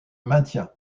maintien